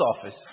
office